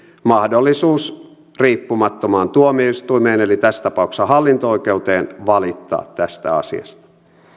mahdollisuus riippumattomaan tuomioistuimeen eli tässä tapauksessa hallinto oikeuteen valittaa tästä asiasta